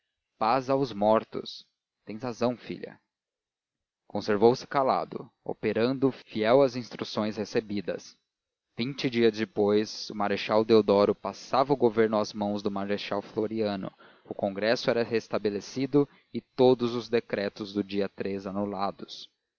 paz aos mortos tens razão filha conservou-se calado operando fiel às instruções recebidas vinte dias depois o marechal deodoro passava o governo às mãos do marechal floriano o congresso era restabelecido e todos os decretos do dia anulados